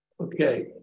Okay